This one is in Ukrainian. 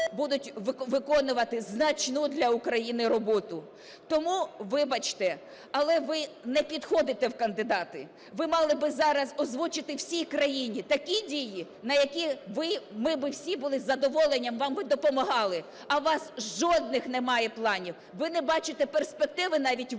будуть виконувати значну для України роботу? Тому, вибачте, але ви не підходите в кандидати. Ви мали би зараз озвучити всій країні такі дії, на які ми би всі були із задоволенням вам би допомагали. А у вас жодних немає планів. Ви не бачите перспективи навіть виходу